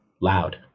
Loud